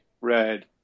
red